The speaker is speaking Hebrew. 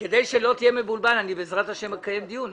כדי שלא תהיה מבולבל, בעזרת השם, אקיים דיון.